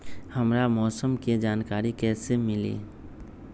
हमरा मौसम के जानकारी कैसी मिली?